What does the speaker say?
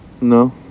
No